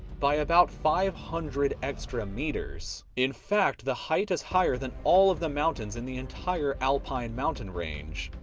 by about five hundred extra meters. in fact the height is higher than all of the mountains in the entire alpine mountain range.